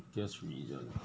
pettiest region